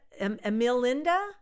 Emilinda